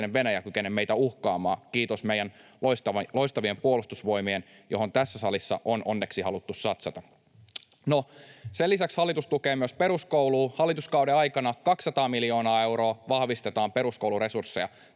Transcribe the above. Venäjä kykene meitä uhkaamaan kiitos meidän loistavien Puolustusvoimien, joihin tässä salissa on onneksi haluttu satsata. Sen lisäksi hallitus tukee myös peruskoulua. Hallituskauden aikana 200 miljoonalla eurolla vahvistetaan peruskoulun resursseja.